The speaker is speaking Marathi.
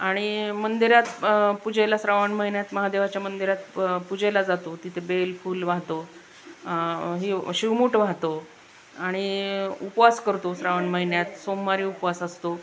आणि मंदिरात पूजेला श्रावण महिन्यात महादेवाच्या मंदिरात प पूजेला जातो तिथे बेलफुल वाहतो ही शिवमूठ वाहतो आणि उपवास करतो श्रावण महिन्यात सोमवारी उपवास असतो